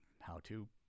how-to